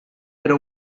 era